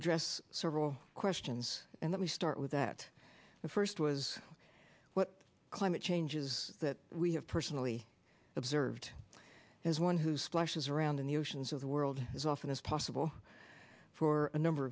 address several questions and let me start with that the first was what climate change is that we have personally observed as one who splashes around in the oceans of the world as often as possible for a number